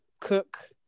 cook